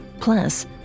Plus